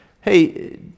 Hey